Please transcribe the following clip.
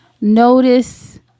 notice